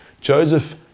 Joseph